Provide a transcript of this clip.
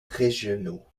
régionaux